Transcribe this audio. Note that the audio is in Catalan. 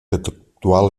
actual